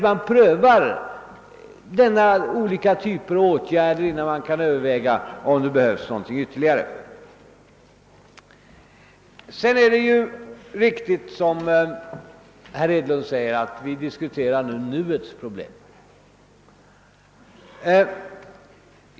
Man prövar alltså olika typer av åtgärder innan man kan överväga om det behövs någonting ytterligare. Det är riktigt, som herr Hedlund säger, att vi diskuterar nuets problem.